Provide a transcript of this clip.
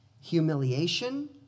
humiliation